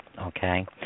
Okay